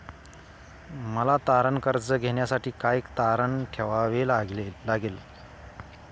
मला तारण कर्ज घेण्यासाठी काय तारण ठेवावे लागेल?